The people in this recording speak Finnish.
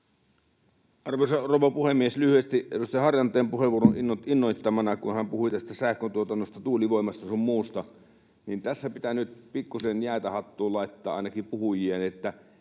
Arvoisa rouva puhemies! Lyhyesti edustaja Harjanteen puheenvuoron innoittamana, kun hän puhui sähköntuotannosta, tuulivoimasta sun muusta, niin tässä pitää nyt pikkusen jäitä hattuun laittaa ainakin puhujien: kun